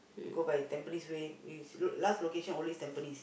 he go by Tampines way his last location always Tampines